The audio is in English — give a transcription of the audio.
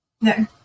No